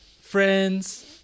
Friends